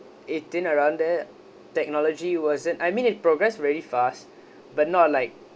eighteen around that technology wasn't I mean it progress very fast but not like